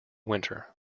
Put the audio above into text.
winter